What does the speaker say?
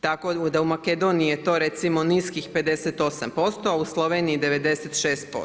Tako da u Makedoniji je to recimo niskih 58%, u Sloveniji 96%